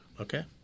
Okay